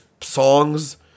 songs